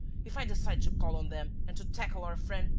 if i decide to call on them and to tackle our friend,